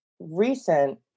recent